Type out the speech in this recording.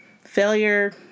Failure